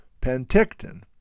Penticton